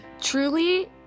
Truly